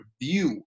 view